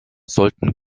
sollten